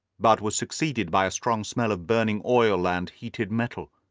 but was succeeded by a strong smell of burning oil and heated metal.